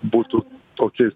būtų toki